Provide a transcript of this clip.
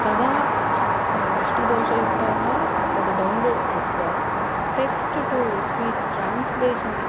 तदा दृष्टिदोषयुक्ताः तद् डौन्लोड् कृत्वा टेक्स्ट् टु स्पीच् ट्रान्स्लेशन्